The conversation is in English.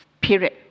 period